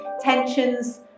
tensions